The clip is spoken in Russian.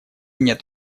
нет